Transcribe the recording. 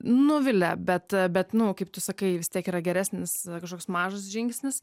nuvilia bet bet nu kaip tu sakai vis tiek yra geresnis kažkoks mažas žingsnis